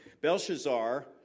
Belshazzar